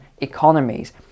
economies